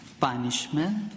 punishment